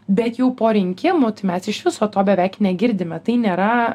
bet jau po rinkimų mes iš viso to beveik negirdime tai nėra